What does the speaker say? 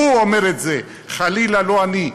הוא אומר את זה, חלילה, לא אני.